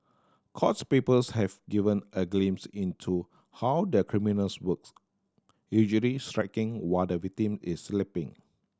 courts papers have given a glimpse into how the criminals works usually striking while the victim is sleeping